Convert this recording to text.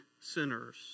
sinners